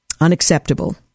Unacceptable